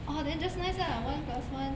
orh then just nice ah one plus one